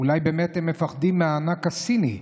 אולי באמת הם מפחדים מהענק הסיני,